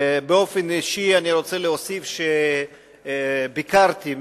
אני רוצה להוסיף שבאופן אישי ביקרתי,